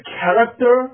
character